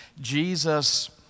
Jesus